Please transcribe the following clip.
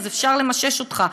אפשר למשש אותך.